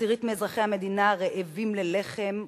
עשירית מאזרחי המדינה רעבים ללחם,